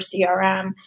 CRM